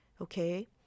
Okay